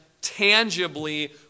tangibly